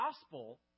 gospel